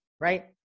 right